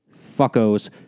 fuckos